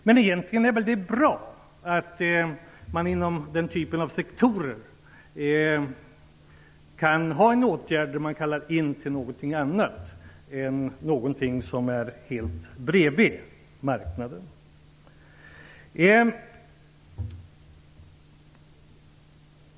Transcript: Men egentligen är det väl bra att det inom den typen av sektorer finns en åtgärd som innebär att man kallar in till någonting annat än det som är helt bredvid marknaden.